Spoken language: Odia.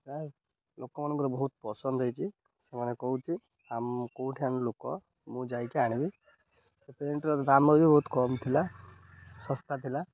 ପ୍ରାୟ ଲୋକମାନଙ୍କର ବହୁତ ପସନ୍ଦ ହୋଇଛି ସେମାନେ କହୁଚି ଆମ କେଉଁଠି ଆଣିଲୁ କହ ମୁଁ ଯାଇକି ଆଣିବି ସେ ପ୍ୟାଣ୍ଟ୍ର ଦାମ୍ ବି ବହୁତ କମ୍ ଥିଲା ଶସ୍ତା ଥିଲା